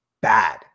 bad